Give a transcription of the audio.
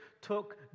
took